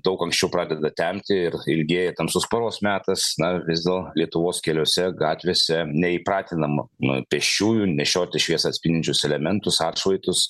daug anksčiau pradeda temti ir ilgėja tamsus paros metas na vis dar lietuvos keliuose gatvėse neįpratinama na pėsčiųjų nešioti šviesą atspindinčius elementus atšvaitus